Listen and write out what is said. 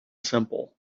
simple